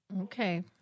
Okay